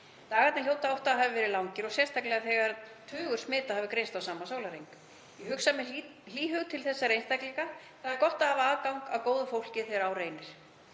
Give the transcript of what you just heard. Dagarnir hljóta oft að hafa verið langir og sérstaklega þegar tugur smita hefur greinst á sama sólarhring. Ég hugsa með hlýhug til þessara einstaklinga. Það er gott að hafa aðgang að góðu fólki þegar á reynir.